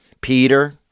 Peter